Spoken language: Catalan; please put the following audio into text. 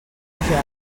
búger